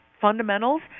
fundamentals